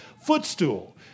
footstool